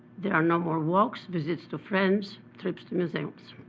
there are no more walks, visits to friends, trips to museums.